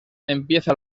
empieza